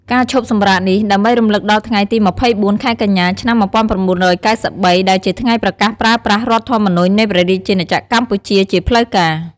ការឈប់សម្រាកនេះ ដើម្បីរំលឹកដល់ថ្ងៃទី២៤ ខែកញ្ញា ឆ្នាំ១៩៩៣ ដែលជាថ្ងៃប្រកាសប្រើប្រាស់រដ្ឋធម្មនុញ្ញនៃព្រះរាជាណាចក្រកម្ពុជាជាផ្លូវការ។